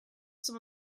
some